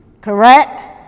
correct